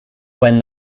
when